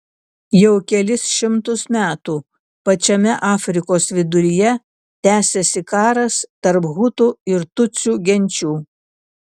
jau kelis šimtus metų pačiame afrikos viduryje tęsiasi karas tarp hutų ir tutsių genčių